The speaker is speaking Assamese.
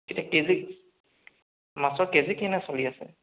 কেজি মাছৰ কেজি কেনে চলি আছে